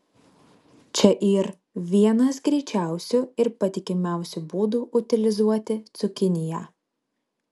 čia yr vienas greičiausių ir patikimiausių būdų utilizuoti cukiniją